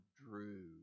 drew